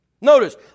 Notice